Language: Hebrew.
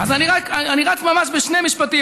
אז אני רץ, ממש בשני משפטים.